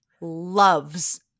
loves